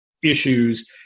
issues